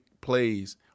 plays